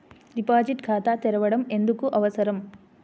Deposit ఖాతా తెరవడం ఎందుకు అవసరం?